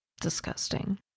disgusting